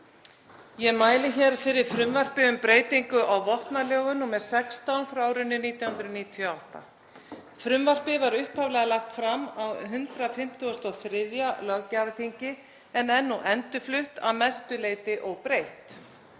Ég mæli hér fyrir frumvarpi um breytingu á vopnalögum, nr. 16/1998. Frumvarpið var upphaflega lagt fram á 153. löggjafarþingi en er nú endurflutt að mestu leyti óbreytt.